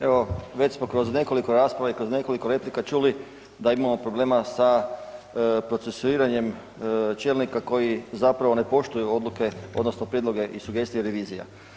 Evo već smo kroz nekoliko rasprava i kroz nekoliko replika čuli da imamo problema sa procesuiranjem čelnika koji zapravo ne poštuju odluke odnosno prijedloge i sugestija revizija.